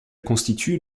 constitue